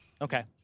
Okay